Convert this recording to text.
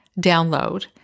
download